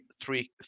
three